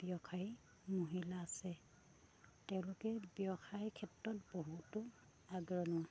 বহুতো ব্যৱসায়ী মহিলা আছে তেওঁলোকে ব্যৱসায় ক্ষেত্ৰত বহুতো আগৰণুৱা